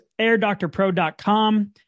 AirDoctorPro.com